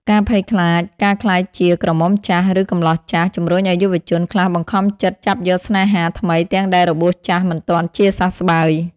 ការភ័យខ្លាចការក្លាយជា "ក្រមុំចាស់" ឬ "កំលោះចាស់" ជំរុញឱ្យយុវជនខ្លះបង្ខំចិត្តចាប់យកស្នេហាថ្មីទាំងដែលរបួសចាស់មិនទាន់ជាសះស្បើយ។